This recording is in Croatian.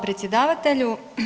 predsjedavatelju.